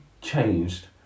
changed